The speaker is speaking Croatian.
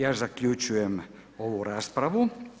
Ja zaključujem ovu raspravu.